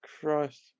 Christ